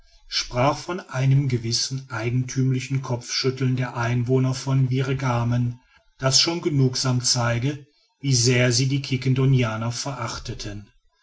sprach von einem gewissen eigentümlichen kopfschütteln der einwohner von virgamen das schon genugsam zeige wie sehr sie die quiquendonianer verachteten